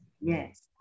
Yes